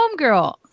homegirl